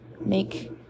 make